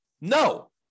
No